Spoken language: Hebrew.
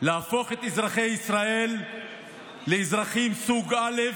להפוך את אזרחי ישראל לאזרחים סוג א'